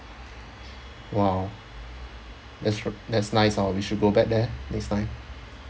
!wow! that's so that's nice hor we should go back there next time